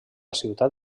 ciutat